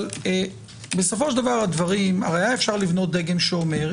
אבל בסופו של דבר היה אפשר לבנות דגם שאומר,